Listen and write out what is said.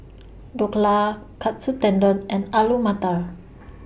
Dhokla Katsu Tendon and Alu Matar